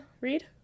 read